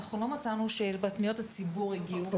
אנחנו לא מצאנו שפניות הציבור הגיעו.